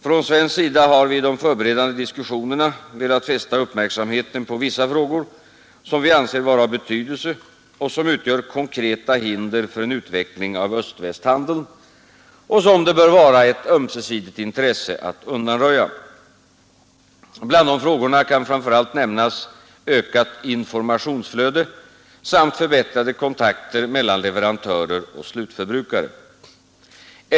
Från svensk sida har vi i de förberedande diskussionerna velat fästa uppmärksamheten på vissa frågor som vi anser vara av betydelse, som utgör konkreta hinder för en utveckling av öst-västhandeln och som det bör vara ett ömsesidigt intresse att undanröja. Bland dessa frågor kan framför allt nämnas ökat informationsflöde samt förbättrade kontakter mellan leverantörer och slutförbrukare.